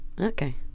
Okay